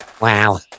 Wow